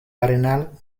arenal